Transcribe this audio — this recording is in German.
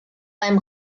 beim